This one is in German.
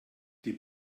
die